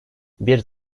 bir